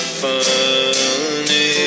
funny